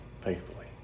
faithfully